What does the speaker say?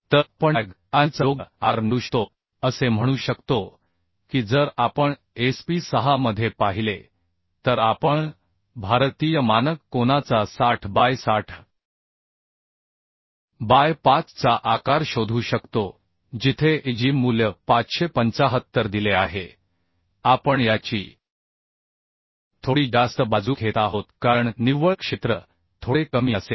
तर आपण लॅग अँगलचा योग्य आकार निवडू शकतो असे म्हणू शकतो की जर आपण Sp 6 मध्ये पाहिले तर आपण भारतीय मानक कोनाचा 60 बाय 60बाय 5 चा आकार शोधू शकतो जिथे Ag मूल्य 575 दिले आहे आपण याची थोडी जास्त बाजू घेत आहोत कारण निव्वळ क्षेत्र थोडे कमी असेल